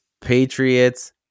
Patriots